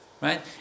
Right